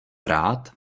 rád